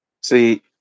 See